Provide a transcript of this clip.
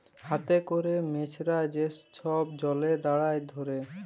হাতে ক্যরে মেছরা যে ছব জলে দাঁড়ায় ধ্যরে